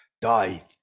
Die